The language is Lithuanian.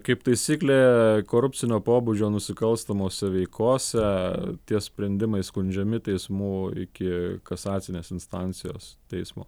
kaip taisyklė korupcinio pobūdžio nusikalstamose veikose tie sprendimai skundžiami teismų iki kasacinės instancijos teismo